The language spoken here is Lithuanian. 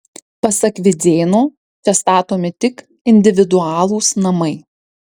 pasak vidzėno čia statomi tik individualūs namai